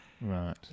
Right